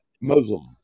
Muslim